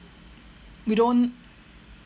we don't